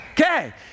Okay